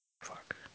Fuck